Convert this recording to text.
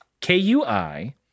K-U-I